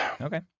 okay